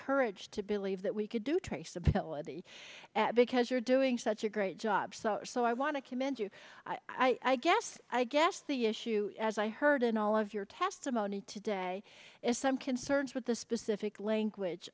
courage to believe that we could do traceability because you're doing such a great job so i want to commend you i guess i guess the issue as i heard in all of your testimony today is some concerns with the specific language